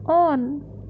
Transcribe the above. on